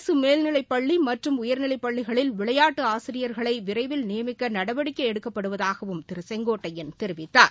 அரசு மேல்நிலைப்பள்ளி மற்றும் உயர்நிலைப்பள்ளிகளில் விளையாட்டு ஆசிரியர்களை விரைவில் நியமிக்க நடவடிக்கை எடுக்கப்படுவதாகவும் திரு செங்கோட்டையன் தெரிவித்தார்